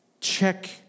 check